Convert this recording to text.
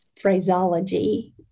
phraseology